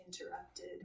interrupted